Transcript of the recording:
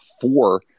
four